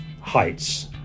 heights